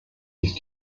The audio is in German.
ist